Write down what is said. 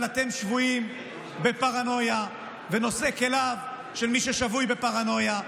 אבל אתם שבויים בפרנויה ונושאי כליו של מי ששבוי בפרנויה,